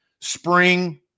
spring